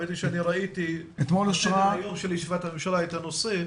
האמת שראיתי בסדר היום של ישיבת הממשלה את הנושא.